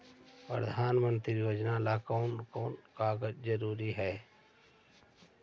प्रधानमंत्री योजना ला कोन कोन कागजात जरूरी है?